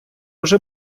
вже